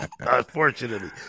unfortunately